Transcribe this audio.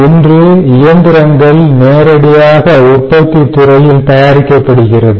இன்று இயந்திரங்கள் நேரடியாக உற்பத்தித்துறையில் தயாரிக்கப்படுகிறது